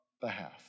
behalf